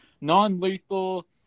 non-lethal